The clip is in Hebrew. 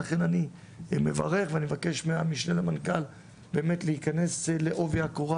ולכן אני מברך ואני מבקש מהמשנה למנכ"ל להיכנס לעובי הקורה